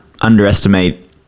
underestimate